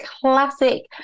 classic